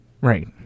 Right